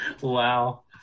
Wow